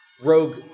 Rogue